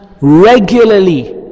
regularly